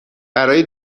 برای